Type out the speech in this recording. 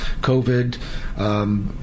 covid